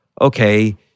okay